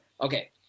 okay